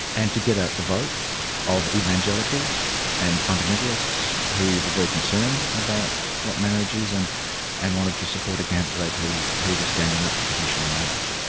and to get out the vote of evangelicals and fundamentalists who were very concerned about what marriage is and and wanted to support a candidate who who was standing up for traditional marriage.